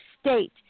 state